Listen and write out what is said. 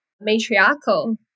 matriarchal